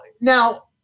now